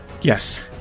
Yes